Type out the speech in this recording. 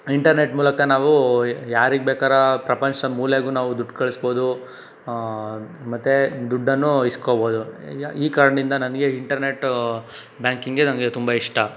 internet ಮೂಲಕ ನಾವು ಯಾರಿಗೆ ಬೇಕಾರೂ ಪ್ರಪಂಚದ ಮೂಲೆಗೂ ನಾವು ದುಡ್ಡು ಕಳಿಸ್ಬೋದು ಮತ್ತು ದುಡ್ಡನ್ನು ಇಸ್ಕೊಬೋದು ಈ ಕಾರ್ಣಿಂದ ನನಗೆ ಇಂಟರ್ನೆಟ್ಟು ಬ್ಯಾಂಕಿಂಗೇ ನನಗೆ ತುಂಬ ಇಷ್ಟ